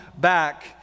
back